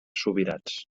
subirats